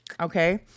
okay